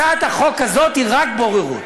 הצעת החוק הזאת היא רק בוררות.